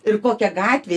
ir kokia gatvė